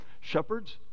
Shepherds